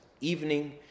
evening